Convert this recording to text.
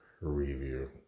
review